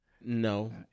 No